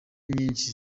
nyinshi